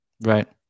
Right